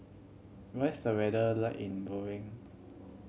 what is the weather like in Bahrain